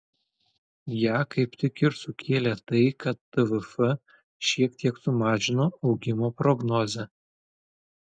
ją kaip tik ir sukėlė tai kad tvf šiek tiek sumažino augimo prognozę